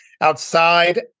outside